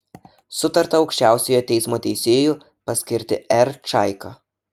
sutarta aukščiausiojo teismo teisėju paskirti r čaiką